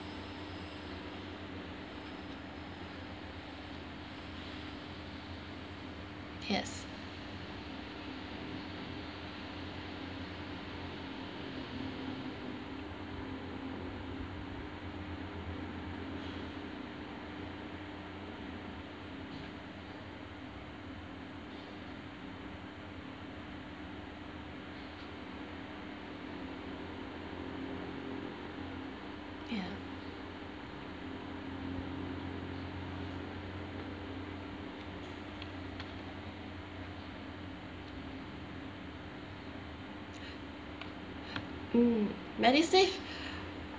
yes ya mm medisave